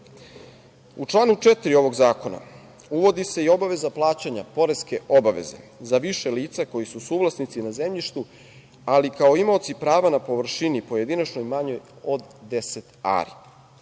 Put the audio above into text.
članu 4. ovog zakona uvodi se i obaveza plaćanja poreske obaveze za više lica koji su suvlasnici na zemljištu, ali kao imaoci prava na površini pojedinačno manje od 10 ari.